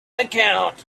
account